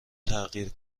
تغییر